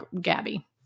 Gabby